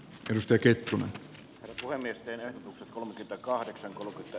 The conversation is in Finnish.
kirsti kettunen voimistelee kolmekymmentäkahdeksan ja